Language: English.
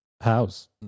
house